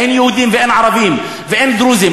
אין יהודים ואין ערבים ואין דרוזים.